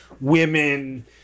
women